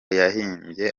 yahimbye